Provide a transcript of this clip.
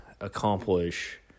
accomplish